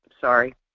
Sorry